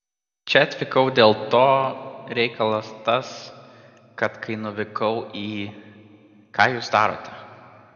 čia atvykau dėl to reikalas tas kad kai nuvykau į ką jūs darote